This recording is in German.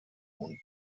und